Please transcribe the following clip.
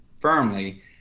firmly